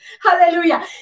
hallelujah